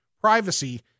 Privacy